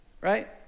right